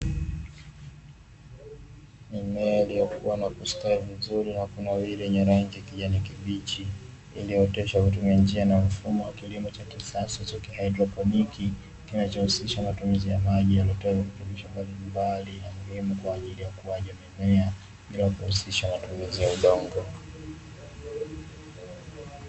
Mimea iliyokua na kustawi vizuri na kunawiri yenye rangi ya kijani kibichi iliyooteshwa kwa kutumia njia na mfumo wa kilimo cha kisasa cha haidroponi kinachohusisha matumizi ya maji yaliyotiwa virutubisho mbalimbali kwa ajili ya ukuaji wa mimea bila kuhusisha matumizi ya udongo.